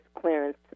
clearance